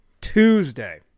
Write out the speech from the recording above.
Tuesday